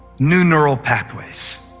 new neural pathways,